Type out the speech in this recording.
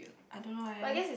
I don't know eh